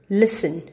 listen